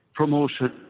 promotion